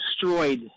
destroyed